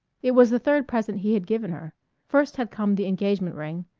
it was the third present he had given her first had come the engagement ring,